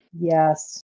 Yes